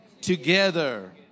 together